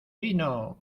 vino